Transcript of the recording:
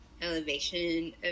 elevation